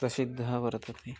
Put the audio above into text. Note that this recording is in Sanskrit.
प्रसिद्धः वर्तते